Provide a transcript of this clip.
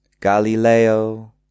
Galileo